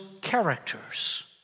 characters